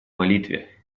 молитве